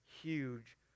huge